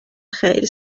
خیلی